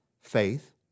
faith